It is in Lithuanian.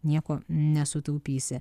nieko nesutaupysi